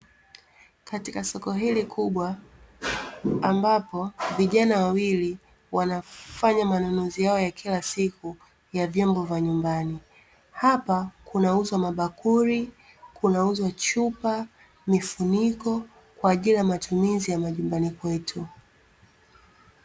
Katika soko hili kubwa ambapo vijana wawili wanafanya manunuzi yao ya kila siku ya vyombo vya nyumbani, hapa kunauzwa mabakuli, kunauzwa chupa, mifuniko kwa ajili ya matumizi ya majumbani kwetu.